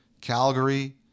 Calgary